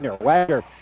Wagner